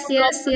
yes